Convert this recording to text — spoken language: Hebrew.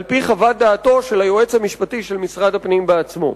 על-פי חוות דעתו של היועץ המשפטי של משרד הפנים בעצמו.